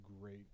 great